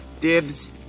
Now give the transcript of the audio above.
Dibs